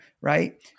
right